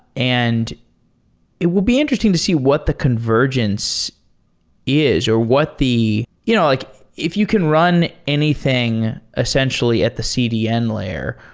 and it will be interesting to see what the convergence is or what the you know like if you can run anything, essentially, at the cdn layer,